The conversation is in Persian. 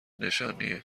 نشانیه